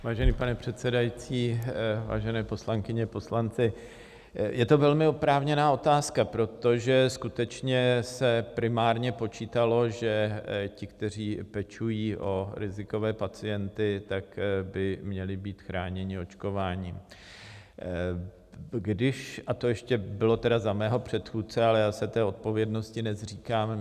Vážený pane předsedající, vážené poslankyně, poslanci, je to velmi oprávněná otázka, protože skutečně se primárně počítalo, že ti, kteří pečují o rizikové pacienty, by měli být chráněni očkováním, a to bylo ještě za mého předchůdce, ale já se té odpovědnosti nezříkám.